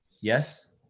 Yes